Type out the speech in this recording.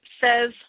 says